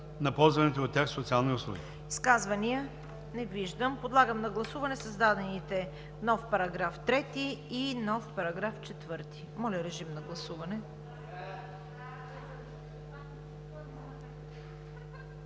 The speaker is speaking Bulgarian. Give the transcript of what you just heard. на ползваните от тях социални услуги.“